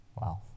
wow